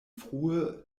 frue